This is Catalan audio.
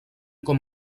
com